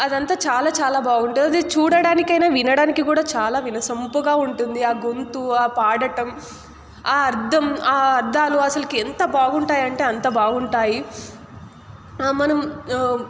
అదంతా చాలా చాలా బాగుంటుంది అది చూడటానికైనా వినడానికి కూడా చాలా వినసొంపుగా ఉంటుంది ఆ గొంతు ఆ పాడటం ఆ అర్థం ఆ అర్థాలు అసలుకి ఎంత బాగుంటాయి అంటే అంతా బాగుంటాయి మనం